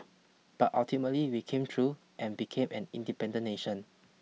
but ultimately we came through and became an independent nation